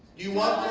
you want